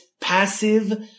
passive